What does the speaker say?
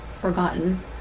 forgotten